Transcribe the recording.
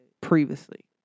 previously